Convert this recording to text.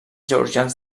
georgians